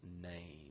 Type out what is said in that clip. name